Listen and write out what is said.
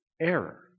error